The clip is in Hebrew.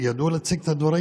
ידעו להציג את הדברים